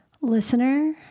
listener